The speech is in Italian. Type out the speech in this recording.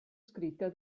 scritta